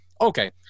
okay